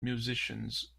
musicians